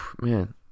man